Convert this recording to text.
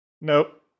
Nope